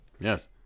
Yes